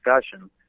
discussion